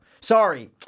Sorry